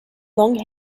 long